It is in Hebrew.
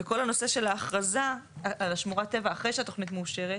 וכל הנושא של האכרזה על השמורת טבע אחרי שהתוכנית מאושרת,